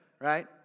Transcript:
right